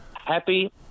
Happy